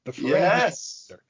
Yes